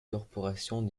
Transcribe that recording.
corporations